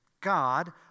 God